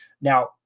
Now